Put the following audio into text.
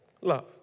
Love